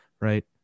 Right